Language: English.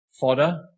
fodder